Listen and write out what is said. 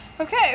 Okay